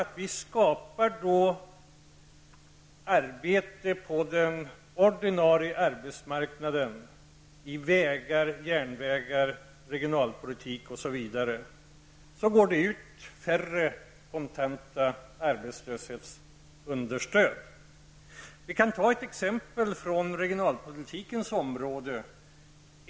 Jo, vi skapar arbetstillfällen på den ordinarie arbetsmarknaden när det gäller vägar, järnvägar, regionalpolitik osv. Då går det åt färre kontanta arbetslöshetsunderstöd. Som exempel kan nämnas en sak på regionalpolitikens område.